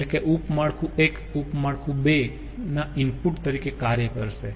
એટલે કે ઉપ માળખું 1 ઉપ માળખું 2 ના ઈનપુટ તરીકે કાર્ય કરશે